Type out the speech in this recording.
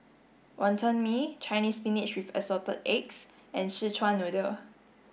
Wonton Mee Chinese spinach with assorted eggs and Szechuan noodle